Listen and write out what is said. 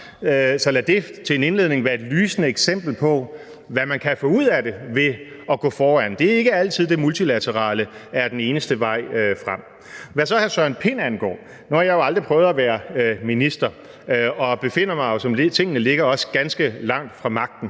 Så lad det til en indledning være et lysende eksempel på, hvad man kan få ud af det ved at gå foran. Det er ikke altid, at det multilaterale er den eneste vej frem. Hvad det med hr. Søren Pind angår, så har jeg jo aldrig prøvet at være minister, og jeg befinder mig jo også, som tingene ligger, ganske langt fra magten.